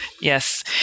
Yes